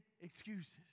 excuses